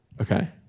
Okay